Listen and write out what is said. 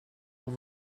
pour